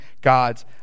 God's